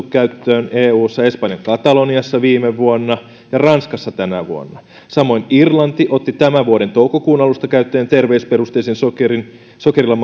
käyttöön eussa espanjan kataloniassa viime vuonna ja ranskassa tänä vuonna samoin irlanti otti tämän vuoden toukokuun alusta käyttöön terveysperusteisen sokerilla